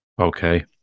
Okay